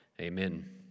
Amen